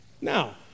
Now